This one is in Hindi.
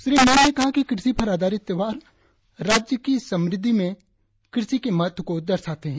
श्री मेन ने कहा कि कृषि पर आधारित त्यौहार राज्य की समृद्धि में कृषि के महत्व को दर्शाते है